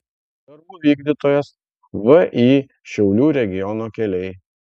darbų vykdytojas vį šiaulių regiono keliai